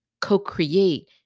co-create